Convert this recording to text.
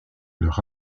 leur